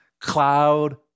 cloud